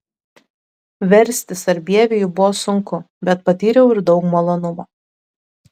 versti sarbievijų buvo sunku bet patyriau ir daug malonumo